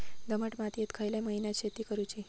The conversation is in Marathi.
दमट मातयेत खयल्या महिन्यात शेती करुची?